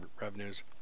revenues